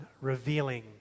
revealing